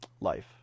life